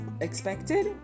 expected